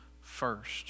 first